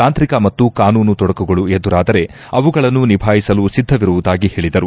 ತಾಂತ್ರಿಕ ಮತ್ತು ಕಾನೂನು ತೊಡಕುಗಳು ಎದುರಾದರೆ ಅವುಗಳನ್ನು ನಿಭಾಯಿಸಲು ಸಿದ್ದ ವಿರುವುದಾಗಿ ಹೇಳಿದರು